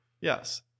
Yes